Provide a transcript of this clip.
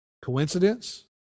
Coincidence